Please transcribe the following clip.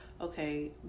okay